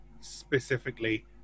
specifically